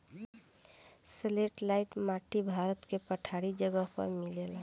satellite माटी भारत के पठारी जगह पर मिलेला